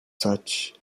such